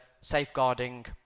safeguarding